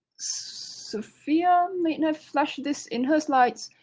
sophia may have flashed this in her slides.